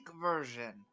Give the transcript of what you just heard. version